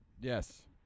Yes